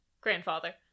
Grandfather